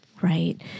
Right